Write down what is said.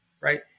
Right